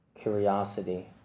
curiosity